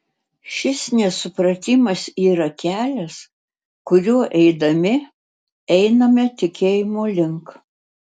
šis nesupratimas yra kelias kuriuo eidami einame tikėjimo link